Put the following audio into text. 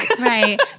Right